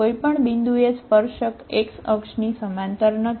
કોઈપણ બિંદુએ સ્પર્શક x અક્ષની સમાંતર નથી